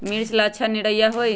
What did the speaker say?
मिर्च ला अच्छा निरैया होई?